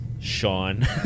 Sean